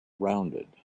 rounded